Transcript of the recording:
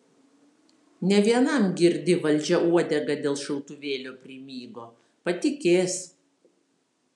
ne vienam girdi valdžia uodegą dėl šautuvėlio primygo patikės